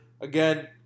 Again